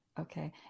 Okay